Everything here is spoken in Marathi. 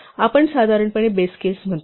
आपण साधारणपणे बेस केस म्हणतो